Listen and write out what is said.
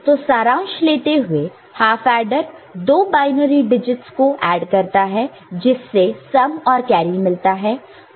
तो सारांश लेते हुए हाफ एडर दो बायनरी डिजिटस को ऐड करता है जिससे सम और कैरी मिलता है